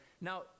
Now